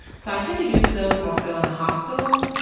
so i tend to use those more so in the hospital,